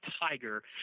Tiger